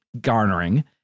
garnering